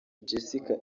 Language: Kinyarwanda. jessica